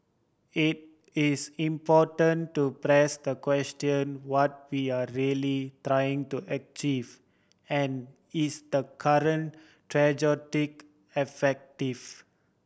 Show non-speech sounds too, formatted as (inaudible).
it is important to press the question what we are really trying to achieve and is the current (unintelligible) effective